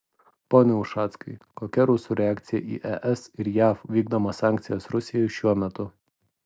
pone ušackai kokia rusų reakcija į es ir jav vykdomas sankcijas rusijai šiuo metu